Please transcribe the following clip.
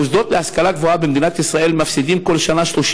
המוסדות להשכלה גבוהה במדינת ישראל מפסידים כל שנה 30